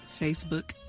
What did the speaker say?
Facebook